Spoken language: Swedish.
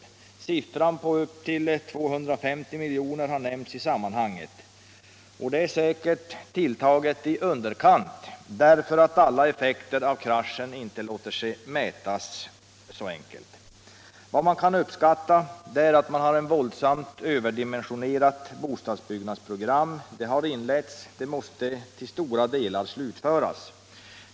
Siffror på upp till 250 milj.kr. har nämnts i sammanhanget, och det beloppet är säkert tilltaget i underkant, eftersom alla effekter av kraschen inte låter sig mätas så enkelt. Man kan göra uppskattningar, och bl.a. kan man konstatera att Luleå har ett våldsamt överdimensionerat bostadsbyggnadsprogram. Det har inletts, och det måste till stora delar slutföras.